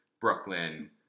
Brooklyn